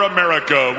America